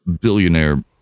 billionaire